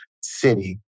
City